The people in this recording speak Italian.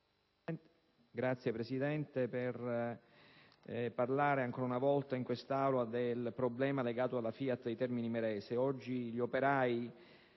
intervengo per parlare ancora una volta in quest'Aula del problema legato alla FIAT di Termini Imerese.